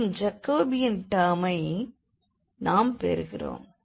மற்றும் ஜாகோபியன் டெர்மை நாம் பெறுகிறோம்